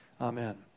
amen